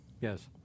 Yes